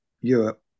Europe